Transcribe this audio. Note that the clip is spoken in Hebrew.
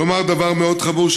לומר דבר מאוד חמור,